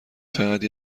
فقط